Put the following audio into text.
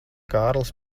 kārlis